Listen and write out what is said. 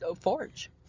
forge